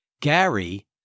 Gary